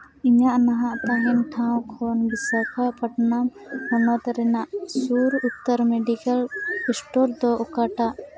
ᱤᱧᱟᱹᱜ ᱱᱟᱦᱟᱜ ᱛᱟᱦᱮᱱ ᱴᱷᱟᱶ ᱠᱷᱚᱱ ᱵᱤᱥᱟᱠᱷᱟ ᱯᱚᱛᱱᱚᱢ ᱦᱚᱱᱚᱛ ᱨᱮᱱᱟᱜ ᱥᱩᱨ ᱩᱛᱟᱹᱨ ᱢᱮᱰᱤᱠᱮᱞ ᱥᱴᱳᱨ ᱫᱚ ᱚᱠᱟᱴᱟᱜ